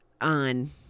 on